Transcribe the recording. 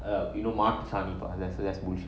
err you know mark sunny for unnecessary bush